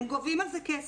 הם גובים על זה כסף.